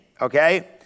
Okay